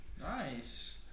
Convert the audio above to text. Nice